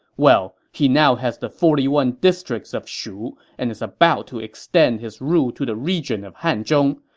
well, he now has the forty one districts of shu and is about to extend his rule to the region of hanzhong.